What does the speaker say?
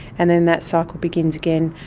and then that cycle begins again.